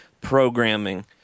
programming